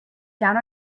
down